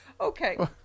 okay